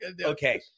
Okay